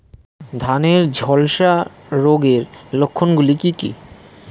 ধানের ঝলসা রোগের লক্ষণগুলি কি কি?